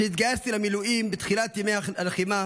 כשהתגייסתי למילואים בתחילת ימי הלחימה